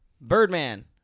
Birdman